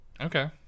Okay